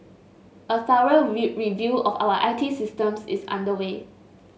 a thorough review of our I T systems is underway